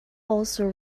also